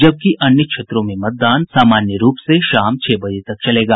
जबकि अन्य क्षेत्रों में मतदान सामान्य रूप से शाम छह बजे तक चलेगा